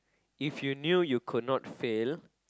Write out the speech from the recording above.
if you knew you could not fail